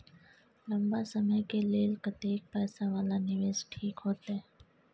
लंबा समय के लेल कतेक पैसा वाला निवेश ठीक होते?